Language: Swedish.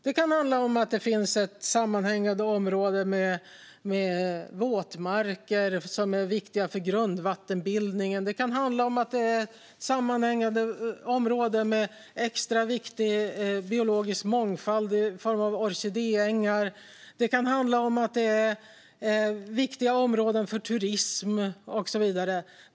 Det kan handla om att det finns ett sammanhängande område med våtmarker som är viktiga för grundvattenbildningen. Det kan handla om att det finns ett sammanhängande område med extra viktig biologisk mångfald i form av orkidéängar. Det kan handla om viktiga områden för turism och så vidare.